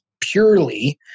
purely